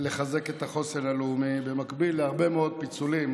לחזק את החוסן הלאומי, במקביל להרבה מאוד פיצולים